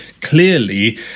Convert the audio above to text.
clearly